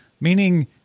meaning